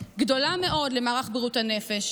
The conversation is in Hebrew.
גדולה מאוד למערך בריאות הנפש,